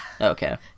Okay